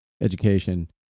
education